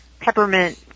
peppermint